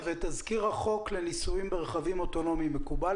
תזכיר החוק לניסויים ברכבים אוטונומיים מקובל?